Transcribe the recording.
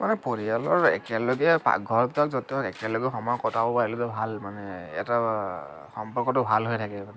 মানে পৰিয়ালৰ একেলগে পাকঘৰ এটাত য'ত ত'ত একেলগে সময় কটাব পাৰিলেতো ভাল মানে এটা সম্পৰ্কটো ভাল হৈ থাকে মানে